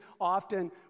often